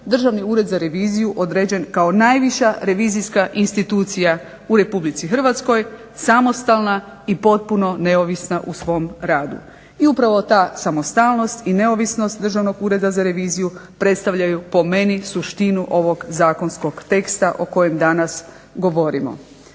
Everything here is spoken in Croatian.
Državni ured za reviziju određen kao najviša revizijska institucija u Republici Hrvatskoj, samostalna i potpuno neovisna u svom radu. I upravo ta samostalnost i neovisnost Državnog ureda za reviziju predstavljaju po meni suštinu ovog zakonskog teksta o kojem danas govorimo.